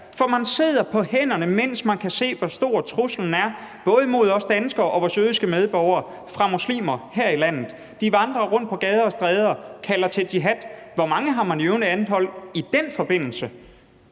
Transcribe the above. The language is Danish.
her. Man sidder på hænderne, mens man kan se, hvor stor truslen er mod både os danskere og vores jødiske medborgere fra muslimer her i landet. De vandrer rundt på gader og stræder og kalder til jihad. Hvor mange har man i øvrigt anholdt i den forbindelse?